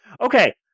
Okay